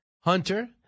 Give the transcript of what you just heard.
Hunter